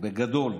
בגדול,